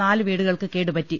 നാല് വീടുകൾക്ക് കേടുപറ്റി